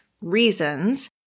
reasons